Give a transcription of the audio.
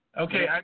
Okay